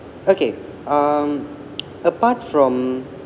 okay um apart from